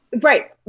Right